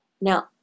Now